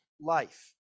life